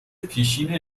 پیشین